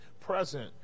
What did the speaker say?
present